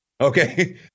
Okay